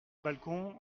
balcon